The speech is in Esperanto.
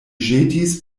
ĵetis